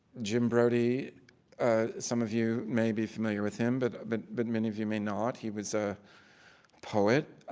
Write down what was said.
jim brodey some of you may be familiar with him, but but but many of you may not. he was a poet,